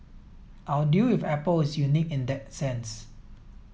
our deal with Apple is unique in that sense